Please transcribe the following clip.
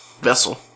vessel